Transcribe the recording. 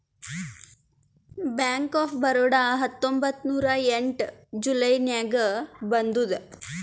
bank of Baroda ಹತ್ತೊಂಬತ್ತ್ ನೂರಾ ಎಂಟ ಜುಲೈ ನಾಗ್ ಬಂದುದ್